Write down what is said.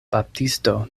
baptisto